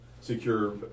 secure